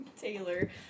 Taylor